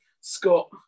Scott